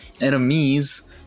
enemies